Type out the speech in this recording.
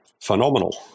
phenomenal